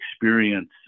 experience